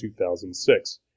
2006